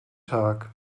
tag